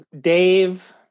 Dave